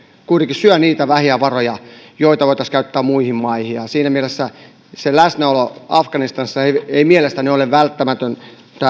kuitenkin syö niitä vähiä varoja joita voitaisiin käyttää muihin maihin ja ja siinä mielessä läsnäolo afganistanissa ei ei mielestäni ole välttämätön